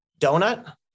donut